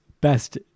best